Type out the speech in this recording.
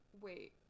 Wait